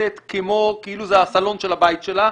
נכנסת כאילו זה הסלון של הבית שלה,